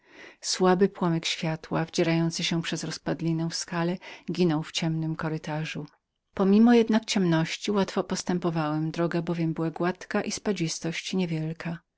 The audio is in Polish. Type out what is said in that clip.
słaby promyk światła wdzierający się przez rozpadlinę w skale ginął w ciemnym kurytarzu pomimo jednak ciemności łatwo postępowałem droga bowiem była gładka i spadzistość nie